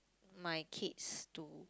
my kids to